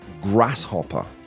grasshopper